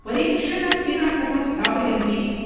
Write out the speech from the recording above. परीक्षणविना कथं स्थापयन्ति